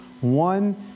One